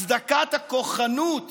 הצדקת הכוחנות